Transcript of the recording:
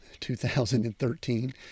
2013